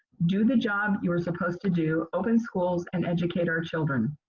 do the job you are supposed to do. open schools and educate our children.